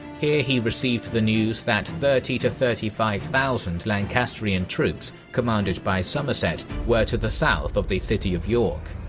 here he received the news that the thirty to thirty five thousand lancastrian troops commanded by somerset were to the south of the city of york.